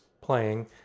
playing